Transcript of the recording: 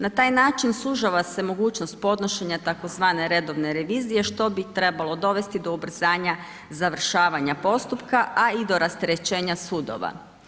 Na taj način sužava se mogućnost podnošenja tzv. redovne revizije, što bi trebalo dovesti do ubrzanja završavanja postupka, a i do rasterećenja sudova.